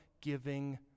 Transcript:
giving